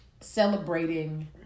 celebrating